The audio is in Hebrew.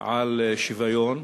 על שוויון.